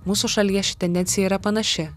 mūsų šalyje ši tendencija yra panaši